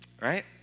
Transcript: Right